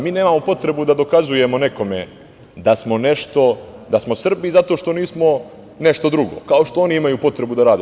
Mi nemamo potrebu da dokazujemo nekome da smo nešto, da smo Srbi zato što nismo nešto drugo, kao što oni imaju potrebu da rade.